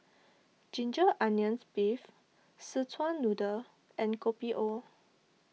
Ginger Onions Beef Szechuan Noodle and Kopi O